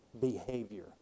behavior